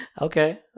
Okay